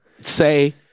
say